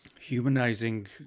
Humanizing